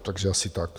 Takže asi tak.